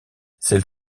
celle